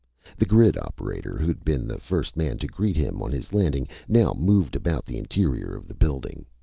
the grid operator who'd been the first man to greet him on his landing, now moved about the interior of the building.